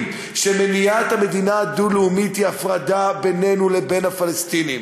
שמניעת המדינה הדו-לאומית היא הפרדה בינינו לבין הפלסטינים?